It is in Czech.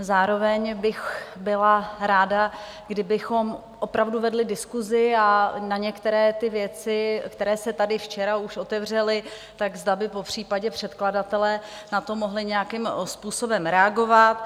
Zároveň bych byla ráda, kdybychom opravdu vedli diskusi a na některé věci, které se tady včera už otevřely, zda by popřípadě už předkladatelé mohli nějakým způsobem reagovat.